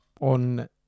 on